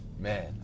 man